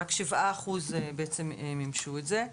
רק שבעה אחוזים מימשו את זה.